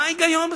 מה ההיגיון בזה?